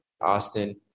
Austin